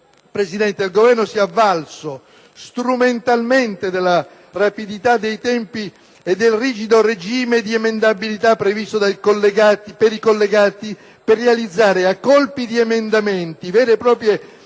Presidente, il Governo si è avvalso strumentalmente della rapidità dei tempi e del rigido regime di emendabilità previsto per i collegati alla legge finanziaria per realizzare a colpi di emendamenti vere e proprie riforme